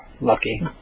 Lucky